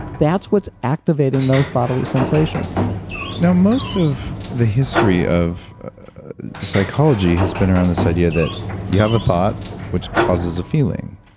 that's what's activating those bodily sensations now, most of the history of psychology has been around this idea that you have a thought which causes a feeling,